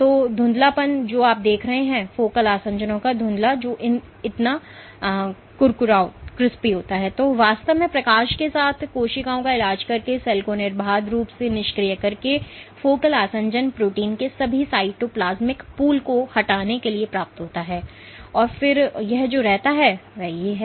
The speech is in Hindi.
तो जो धुंधलापन आप यहाँ देखते हैं फोकल आसंजनों का धुंधला जो इतना कुरकुरा होता है वास्तव में प्रकाश के साथ कोशिकाओं का इलाज करके सेल को निर्बाध रूप से निष्क्रिय करके फोकल आसंजन प्रोटीन के सभी साइटोप्लास्मिक पूल को हटाने के लिए प्राप्त होता है और फिर यह जो रहता है वह ये है